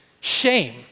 shame